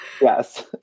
Yes